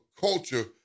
culture